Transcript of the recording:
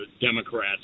Democrats